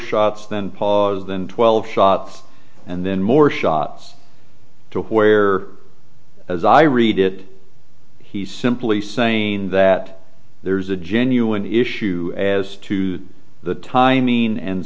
shots then pause than twelve shots and then more shots to where as i read it he's simply saying that there's a genuine issue as to the tim